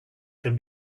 can